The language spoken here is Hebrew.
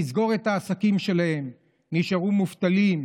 לסגור את העסקים שלהם ונשארו מובטלים,